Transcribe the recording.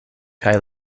kaj